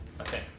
Okay